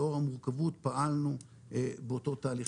לאור המורכבות פעלנו באותו תהליך.